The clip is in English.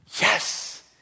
yes